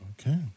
Okay